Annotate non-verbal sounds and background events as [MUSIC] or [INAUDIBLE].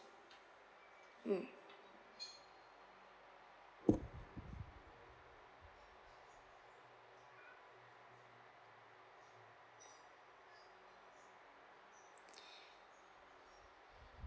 mm [BREATH]